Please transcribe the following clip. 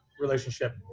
relationship